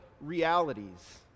realities